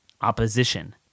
opposition